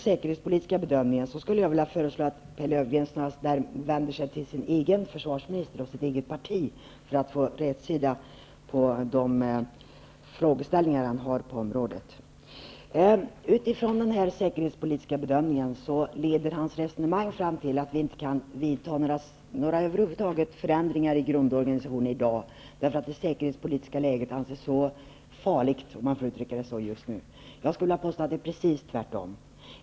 Jag föreslår att Pehr Löfgreen snarast vänder sig till sin egen försvarsminister och sitt eget parti för att få rätsida på de frågeställningar han har kring den säkerhetspolitiska bedömningen. Hans resonemang leder honom fram till att vi i dag över huvud taget inte kan vidta några förändringar i grundorganisationen därför att det säkerhetspolitiska läget anses så ''farligt'' just nu. Jag skulle vilja påstå att det är precis tvärtom.